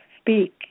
speak